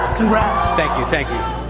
thank you, thank you.